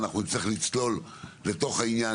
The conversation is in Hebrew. ואנחנו נצטרך לצלול לתוך העניין,